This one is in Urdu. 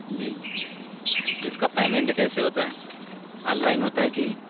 جی تو اس کا پیمنٹ کیسے ہوتا ہے آن لائن ہوتا ہے کہ